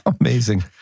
Amazing